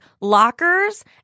lockers